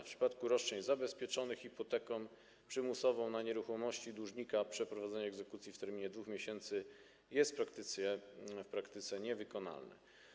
W przypadku roszczeń zabezpieczonych hipoteką przymusową na nieruchomości dłużnika przeprowadzenie egzekucji w terminie 2 miesięcy jest w praktyce niewykonalne.